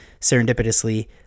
serendipitously